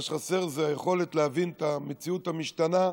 מה שחסר זה היכולת להבין את המציאות המשתנה,